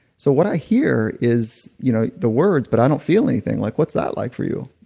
so what i hear is you know the words, but i don't feel anything. like what's that like for you?